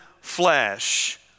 flesh